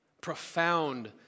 profound